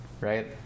Right